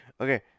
Okay